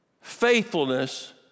faithfulness